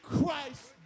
Christ